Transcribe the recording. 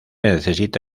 necesita